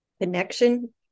Connection